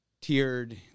tiered